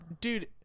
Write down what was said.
Dude